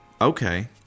okay